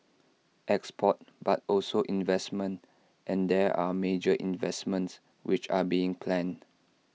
exports but also investments and there are major investments which are being planned